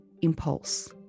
impulse